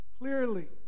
clearly